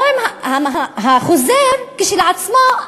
החוזר, כשלעצמו,